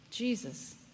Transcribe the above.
Jesus